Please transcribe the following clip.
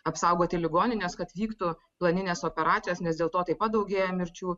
apsaugoti ligonines kad vyktų planinės operacijos nes dėl to taip pat daugėja mirčių